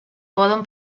poden